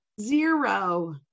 Zero